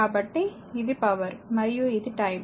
కాబట్టి ఇది పవర్ మరియు ఇది టైమ్